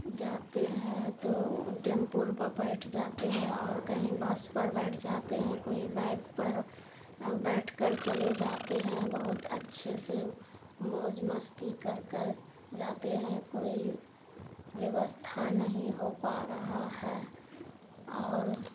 جاتے ہیں تو ٹیمپور پر بیٹھ جاتے ہیں اور کہیں بس پر بیٹھ جاتے ہیں کوئی بائک پر بیٹھ کر چلے جاتے ہیں بہت اچھے سے موج مستی کر کر جاتے ہیں کوئی ویوستھا نہیں ہو پا رہا ہے اور